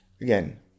again